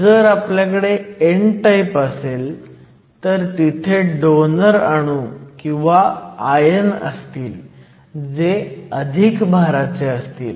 जआर आपल्याकडे n type असेल तर तिथे डोनर अणू किंवा आयन असतील जे अधिक भाराचे असतात